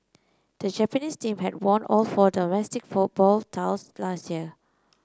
the Japanese team had won all four domestic football last year